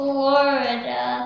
Florida